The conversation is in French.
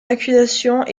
accusations